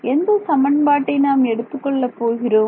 எந்த சமன்பாட்டை நாம் எடுத்துக் கொள்ளப் போகிறோம்